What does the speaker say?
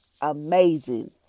amazing